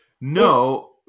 No